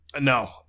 No